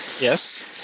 Yes